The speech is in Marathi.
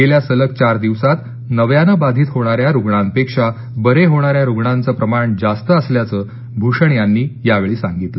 गेल्या सलग चार दिवसांत नव्यानं बाधित होणाऱ्या रुग्णांपेक्षा बरे होणाऱ्या रुग्णांच प्रमाण जास्त असल्याचं भूषण यावेळी म्हणाले